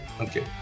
okay